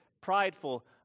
prideful